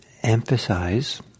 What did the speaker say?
emphasize